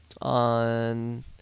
on